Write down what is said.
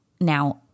Now